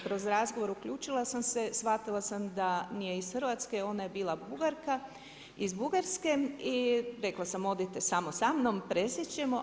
Kroz razgovor uključila sam se, shvatila sam da nije iz Hrvatske, ona je bila Bugarka, iz Bugarske i rekla sam, odite samo sa mnom, presjesti ćemo.